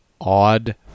odd